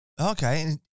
Okay